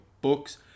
books